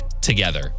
together